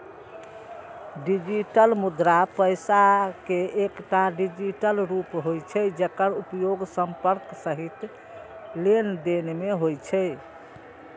digital मुद्रा पैसा के एकटा डिजिटल रूप होइ छै, जेकर उपयोग संपर्क रहित लेनदेन मे होइ छै